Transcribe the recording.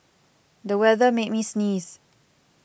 the weather made me sneeze